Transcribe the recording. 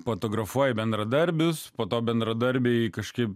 fotografuoja bendradarbis po to bendradarbiai kažkaip